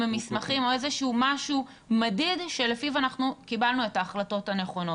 מסמכים או איזה שהוא משהו מדיד שלפיו אנחנו קיבלנו את ההחלטות הנכונות.